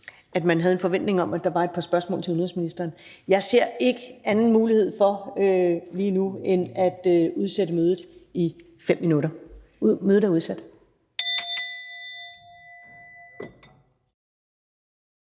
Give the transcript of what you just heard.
man havde en forventning om, at der var et par spørgsmål til udenrigsministeren. Jeg ser ikke anden mulighed lige nu end at udsætte mødet i 5 minutter. Mødet er udsat.